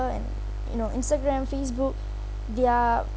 and you know Instagram Facebook their